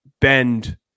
bend